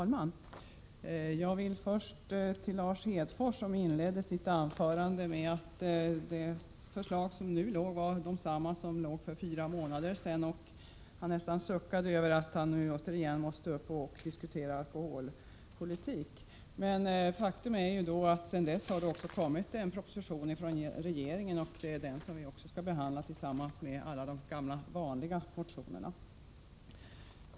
Herr talman! Lars Hedfors inledde sitt anförande med att säga att de förslag som nu lagts fram är desamma som behandlades för fyra månader sedan. Han nästan suckade över att han återigen var tvungen att gå upp och diskutera alkoholpolitik. Faktum är emellertid att det från regeringen nu faktiskt har kommit en proposition, som vi skall behandla tillsammans med alla de gamla, vanliga motionerna.